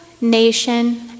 nation